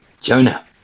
Jonah